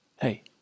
hey